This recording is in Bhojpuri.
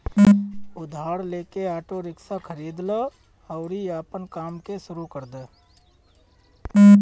उधार लेके आटो रिक्शा खरीद लअ अउरी आपन काम के शुरू कर दअ